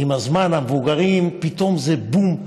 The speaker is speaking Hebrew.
עם הזמן, המבוגרים, פתאום זה בום.